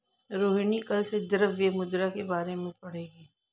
रोहिणी कल से द्रव्य मुद्रा के बारे में पढ़ेगी